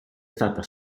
stata